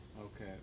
Okay